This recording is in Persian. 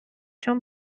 چون